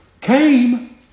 came